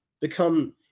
Become